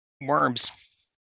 worms